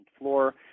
floor